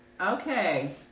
Okay